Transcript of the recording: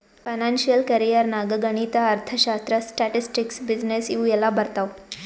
financial career ನಾಗ್ ಗಣಿತ, ಅರ್ಥಶಾಸ್ತ್ರ, ಸ್ಟ್ಯಾಟಿಸ್ಟಿಕ್ಸ್, ಬಿಸಿನ್ನೆಸ್ ಇವು ಎಲ್ಲಾ ಬರ್ತಾವ್